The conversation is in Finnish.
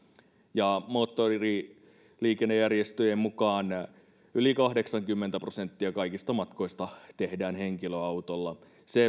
ja moottoriliikennejärjestöjen mukaan yli kahdeksankymmentä prosenttia kaikista matkoista tehdään henkilöautolla